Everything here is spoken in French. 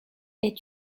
est